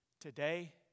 Today